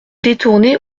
détournée